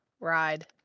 ride